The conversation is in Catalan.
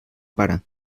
pare